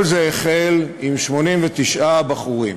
כל זה החל עם 89 בחורים.